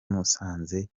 musanze